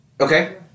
Okay